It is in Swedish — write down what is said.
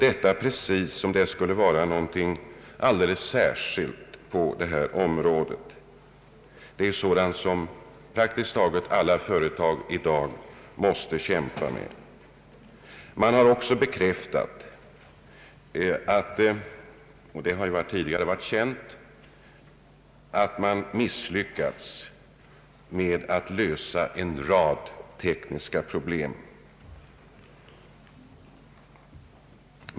Detta sägs precis som om det skulle vara någonting alldeles särskilt anmärkningsvärt på detta område. Det är faktorer som praktiskt taget alla företag i dag måste kämpa med. Det har också bekräftats — och det har tidigare varit känt — att man misslyckats med att lösa en rad tekniska problem.